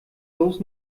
bloß